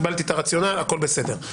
קיבלתי את הרציונל, הכול בסדר.